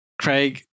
Craig